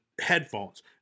headphones